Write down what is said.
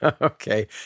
Okay